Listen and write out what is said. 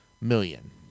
million